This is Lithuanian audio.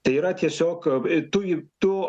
tai yra tiesiog tu jį tu